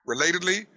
Relatedly